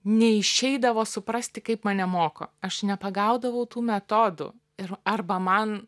neišeidavo suprasti kaip mane moko aš nepagaudavau tų metodų ir arba man